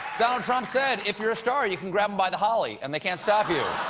donald trump said, if you're star you can grab them by the holly, and they can't stop you.